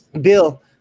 Bill